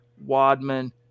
Wadman